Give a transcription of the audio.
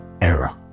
error